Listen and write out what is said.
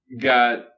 got